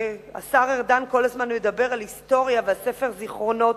השר ארדן כל הזמן מדבר על היסטוריה ועל ספר זיכרונות,